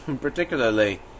particularly